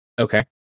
Okay